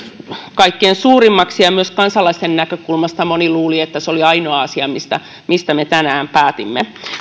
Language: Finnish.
kaikkein suurimmaksi ja myös kansalaisten näkökulmasta moni luuli että se oli ainoa asia mistä mistä me tänään päätimme